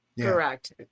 Correct